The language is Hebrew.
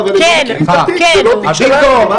זה לא תיק שלהם.